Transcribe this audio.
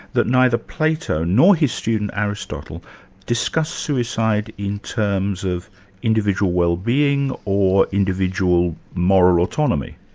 that neither plato nor his student aristotle discussed suicide in terms of individual wellbeing or individual moral autonomy.